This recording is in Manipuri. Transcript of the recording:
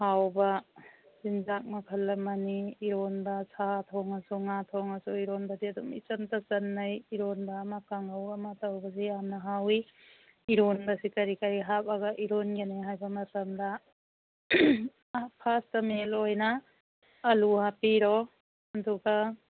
ꯍꯥꯎꯕ ꯆꯤꯟꯖꯥꯛ ꯃꯈꯜ ꯑꯃꯅꯤ ꯏꯔꯣꯟꯕ ꯁꯥ ꯊꯣꯡꯂꯁꯨ ꯉꯥ ꯊꯣꯡꯂꯁꯨ ꯏꯔꯣꯟꯕꯗꯤ ꯑꯗꯨꯝ ꯏꯆꯟꯇ ꯆꯟꯅꯩ ꯏꯔꯣꯟꯕ ꯑꯃ ꯀꯥꯡꯍꯧ ꯑꯃ ꯇꯧꯕꯁꯨ ꯌꯥꯝꯅ ꯍꯥꯎꯏ ꯏꯔꯣꯟꯕꯁꯤ ꯀꯔꯤ ꯀꯔꯤ ꯍꯥꯞꯂꯒ ꯂꯣꯟꯒꯅꯤ ꯍꯥꯏꯕ ꯃꯇꯝꯗ ꯐꯥꯔꯁꯇ ꯃꯦꯟ ꯑꯣꯏꯅ ꯑꯥꯜꯂꯨ ꯍꯥꯞꯄꯤꯔꯣ ꯑꯗꯨꯒ